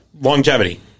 Longevity